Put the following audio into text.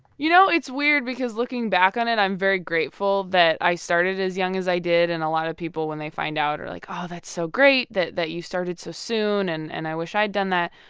you know it's weird, because looking back on it, i'm very grateful that i started as young as i did. and a lot of people, when they find out, are like, oh, that's so great that that you started so soon. and and i wish i'd done that.